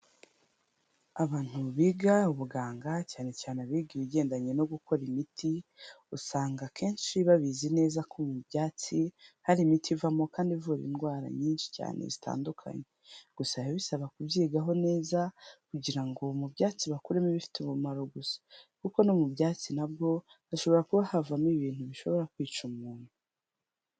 Abantu biga ubuganga, cyane cyane abiga ibigendanye no gukora imiti, usanga akenshi babizi neza ko mu byatsi hari imiti ivamo kandi ivura indwara nyinshi cyane zitandukanye. Gusa biba bisaba kubyigaho neza kugira ngo mu byatsi bakuremo ibifite umumaro gusa. Kuko no mu byatsi na bwo hashobora kuba havamo ibintu bishobora kwica umuntu.